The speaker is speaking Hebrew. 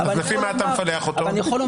אז לפי מה אתה מפלח אותם?